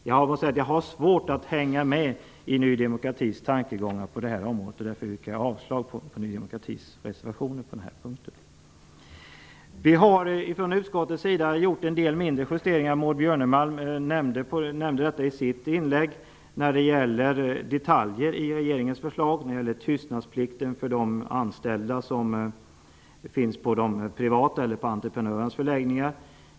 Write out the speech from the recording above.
Jag måste säga att jag har svårt att hänga med i Ny demokratis tankegångar på detta område. Därför yrkar jag avslag på Ny demokratis reservation på den här punkten. Från utskottets sida har vi gjort en del mindre justeringar -- Maud Björnemalm nämnde detta i sitt anförande -- när det gäller detaljer i regeringens förslag, t.ex. tystnadsplikten för de anställda som finns på entreprenörernas förläggningar.